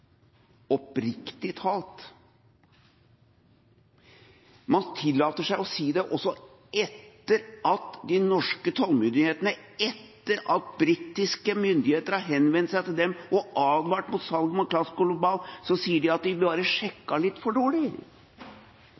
oppriktig talt! Man tillater seg å si det også etter at de norske tollmyndighetene, etter at britiske myndigheter har henvendt seg til dem og advart mot salg til CAS Global, sier at de bare sjekket litt for dårlig.